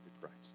Christ